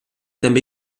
també